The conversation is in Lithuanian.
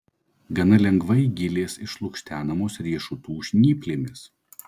gana lengvai gilės išlukštenamos riešutų žnyplėmis